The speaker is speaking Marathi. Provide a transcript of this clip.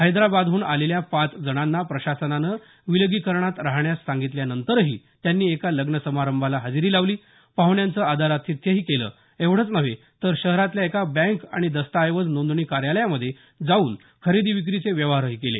हैदराबादहून आलेल्या पाच जणांना प्रशासनानं विलगीकरणात राहण्यास सांगितल्यानंतरही त्यांनी एका लग्न समारंभाला हजेरी लावली पाहण्यांचं आदरातिथ्यंही केलं एवढेचं नव्हे तर शहरातल्या एका बँक आणि दस्ताऐवज नोंदणी कार्यालयामध्ये जाऊन खरेदी विक्रीचे व्यवहारही केले